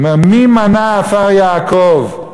הוא אומר: